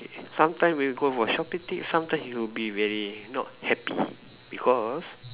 sometimes we go for shopping tip sometimes he will be very not happy because